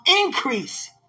increase